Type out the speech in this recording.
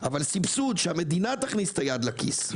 אבל סבסוד, שהמדינה תכניס את היד לכיס.